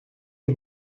les